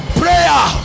prayer